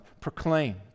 proclaimed